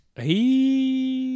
He-